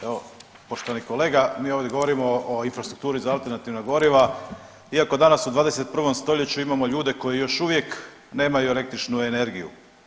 Evo poštovani kolega mi ovdje govorimo o infrastrukturi za alternativna goriva iako danas u 21. stoljeću imamo ljude koji još uvijek nemaju električnu energiju.